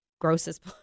grossest